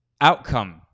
outcome